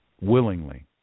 willingly